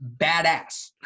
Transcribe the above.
badass